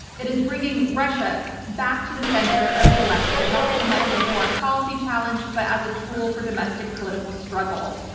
it is bringing russia back to the center of the election, not so much as a foreign policy challenge, but as a tool for domestic political struggle.